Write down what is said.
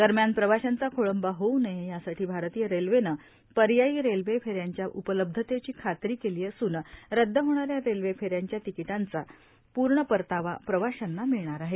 दरम्यान प्रवाशांचा खोळंबा होऊ नये यासाठी भारतीय रेल्वेनं पर्यायी रेल्वे फेऱ्यांच्या उपलब्धतेची खात्री केली असून रदद होणाऱ्या रेल्वे फेऱ्यांच्या तिकीटांचा पूर्ण परतावा प्रवाशांना मिळणार आहे